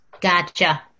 Gotcha